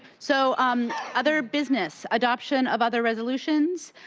so um other business? adoption of other resolutions?